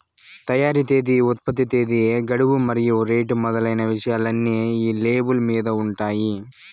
తయారీ తేదీ ఉత్పత్తి తేదీ గడువు మరియు రేటు మొదలైన విషయాలన్నీ ఈ లేబుల్ మీద ఉంటాయి